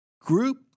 Group